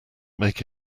make